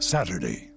Saturday